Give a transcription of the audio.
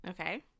Okay